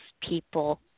people